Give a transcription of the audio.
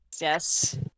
Yes